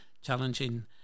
challenging